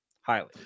Highly